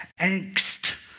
angst